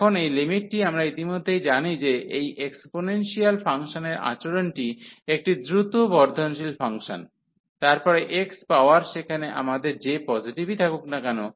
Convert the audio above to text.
এখন এই লিমিটটি আমরা ইতিমধ্যেই জানি যে এই এক্সপোনেন্সিয়াল ফাংশনের আচরণটি একটি দ্রুত বর্ধনশীল ফাংশন তারপরে x পাওয়ার সেখানে আমাদের যে পজিটিভই থাকুক না কেন